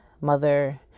mother